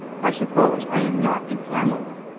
i suppose i am not inflammable,